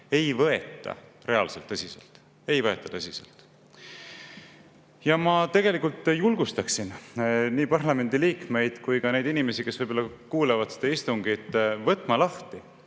ei võeta reaalselt tõsiselt. Ei võeta tõsiselt! Ma julgustaksin nii parlamendiliikmeid kui ka neid inimesi, kes kuulavad seda istungit, võtma lahti